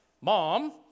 mom